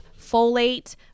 folate